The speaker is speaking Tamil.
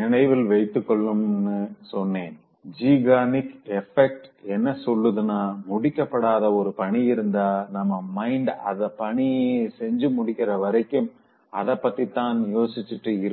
நினைவில் வைத்துக்கொள்ளனும்னு சொன்னேன் ஸெய்ஹ்னரிக் எஃபெக்ட் என்ன சொல்லுதுனா முடிக்கப்படாத ஒரு பணி இருந்தா நம்ம மைண்ட் அந்தப் பணிய செஞ்சு முடிக்கிற வரைக்கும் அத பத்திதான் யோசிச்சுட்டு இருக்கும்